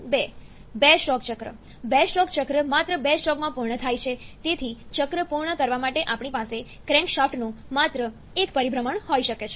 2 stroke ચક્ર 2 stroke ચક્ર માત્ર બે સ્ટ્રોકમાં પૂર્ણ થાય છે તેથી ચક્ર પૂર્ણ કરવા માટે આપણી પાસે ક્રેન્કશાફ્ટનું માત્ર એક પરિભ્રમણ હોઈ શકે છે